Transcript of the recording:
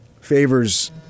Favors